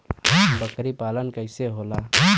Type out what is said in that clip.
बकरी पालन कैसे होला?